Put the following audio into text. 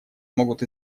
могут